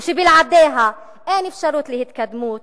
ושבלעדיה אין אפשרות להתקדמות,